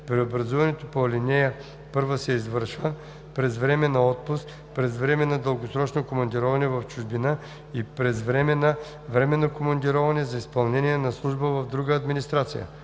Преобразуването по ал. 1 се извършва през време на отпуск, през време на дългосрочно командироване в чужбина и през време на временно командироване за изпълнение на служба в друга администрация.